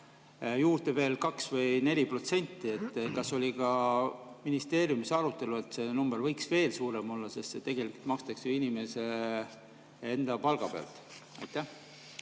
juurde veel kas 2% või 4%. Kas ministeeriumis oli ka arutelu, et see number võiks veel suurem olla, sest see tegelikult makstakse ju inimese enda palga pealt? Aitäh,